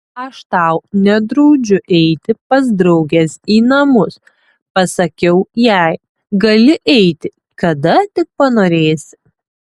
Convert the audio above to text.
aš tau nedraudžiu eiti pas drauges į namus pasakiau jai gali eiti kada tik panorėsi